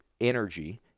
energy